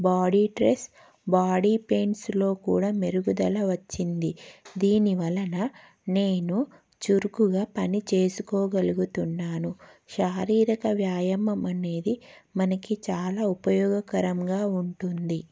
బోడి stress body పెయిన్స్లో కూడా మెరుగుదల వచ్చింది దీనివలన నేను చురుకుగా పని చేసుకోగలుగుతున్నాను శారీరక వ్యాయామం అనేది మనకి చాలా ఉపయోగకరంగా ఉంటుంది